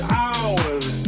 hours